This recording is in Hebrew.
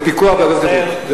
זה פיקוח באגף הבטיחות,